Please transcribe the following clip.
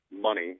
money